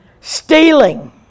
Stealing